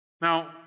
Now